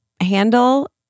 handle